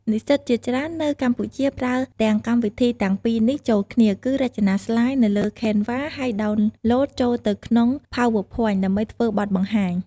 និស្សិតជាច្រើននៅកម្ពុជាប្រើទាំងកម្មវិធីទាំងពីរនេះចូលគ្នា គឺរចនាស្លាយនៅក្នុង Canva ហើយដោនឡូតចូលទៅក្នុង PowerPoint ដើម្បីធ្វើបទបង្ហាញ។